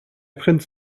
prinz